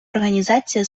організація